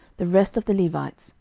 the rest of the levites,